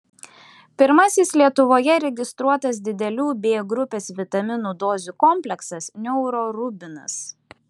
pirmasis lietuvoje registruotas didelių b grupės vitaminų dozių kompleksas neurorubinas